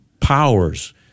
powers